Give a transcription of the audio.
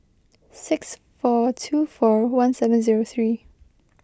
six four two four one seven zero three